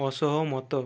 ଅସହମତ